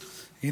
רוצים?